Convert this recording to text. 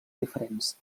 diferents